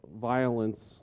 violence